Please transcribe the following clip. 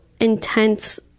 intense